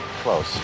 Close